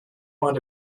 want